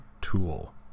tool